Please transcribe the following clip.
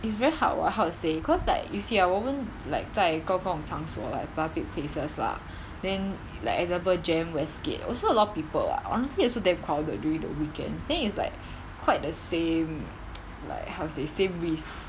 is very hard [what] how to say cause like if you see ah 我们 like 在公共场所 like public places lah then like example jem west gate also a lot of people [what] honestly also damn crowded during the weekend then is like quite the same like how say same risk